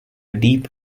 deep